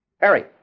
Harry